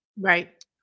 Right